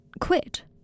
quit